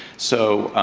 so,